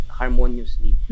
harmoniously